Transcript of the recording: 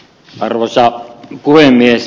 arvoisa puhemies